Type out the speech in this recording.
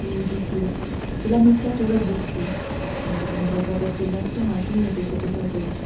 oui dit-il cela me flatterait beaucoup mais je n'aurais pas assez longtemps à jouir de cette faveur